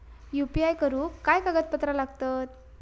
UPI करुक काय कागदपत्रा लागतत?